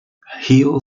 heel